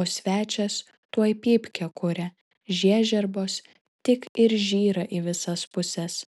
o svečias tuoj pypkę kuria žiežirbos tik ir žyra į visas puses